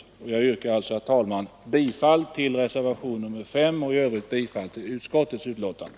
Jag yrkar, herr talman, bifall till reservationen 5 och i övrigt bifall till utskottets hemställan.